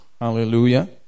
Hallelujah